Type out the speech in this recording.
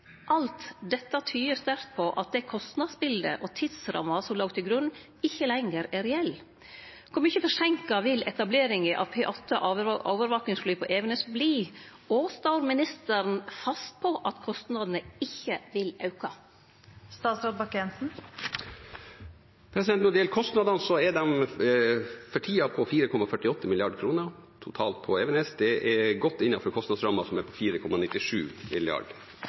Alt dette tyder sterkt på at det kostnadsbiletet og den tidsramma som låg til grunn, ikkje lenger er reell. Kor mykje forseinka vil etableringa av P8-overvakingsfly på Evenes verte? Og står statsråden fast på at kostnadene ikkje vil auke? Når det gjelder kostnadene, er de for tiden på 4,48 mrd. kr totalt på Evenes. Det er godt innenfor kostnadsrammen, som er på 4,97